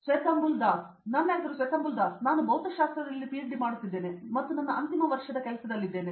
ಸ್ವೆತಂಬುಲ್ ದಾಸ್ ನನ್ನ ಹೆಸರು ಸ್ವೆತಂಬುಲ್ ದಾಸ್ ಮತ್ತು ನಾನು ಭೌತಶಾಸ್ತ್ರದಲ್ಲಿ ಪಿಎಚ್ಡಿ ಮಾಡುತ್ತಿದ್ದೇನೆ ಮತ್ತು ನನ್ನ ಅಂತಿಮ ವರ್ಷದ ಕೆಲಸದಲ್ಲಿದ್ದೇನೆ